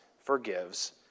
forgives